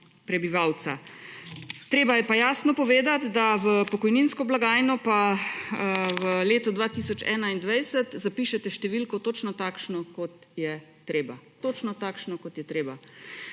Treba je pa jasno povedati, da v pokojninsko blagajno v letu 2021 zapišete točno takšno številko, kot je treba.